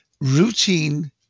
routine